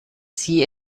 sie